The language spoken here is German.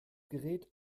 gerät